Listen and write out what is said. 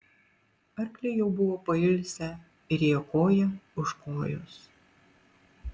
arkliai jau buvo pailsę ir ėjo koja už kojos